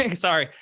ah sorry,